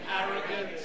arrogant